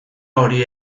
hori